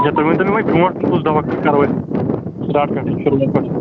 اچھا تُہۍ ؤنۍتَو مےٚ وۄنۍ برٛوٗنٛٹھ کُن کُس دوا کرو أسۍ شروٗعات پیٚٹھٕے شروٗعس پیٚٹھٕے